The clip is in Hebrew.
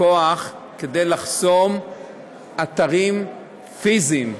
כוח לחסום אתרים פיזיים.